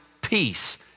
peace